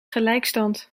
gelijkstand